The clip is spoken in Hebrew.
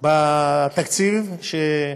בתקציב ש,